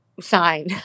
sign